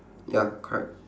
ya correct